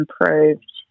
improved